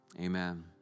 Amen